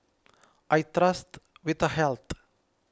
I trust Vitahealth